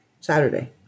Saturday